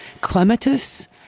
Clematis